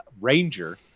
ranger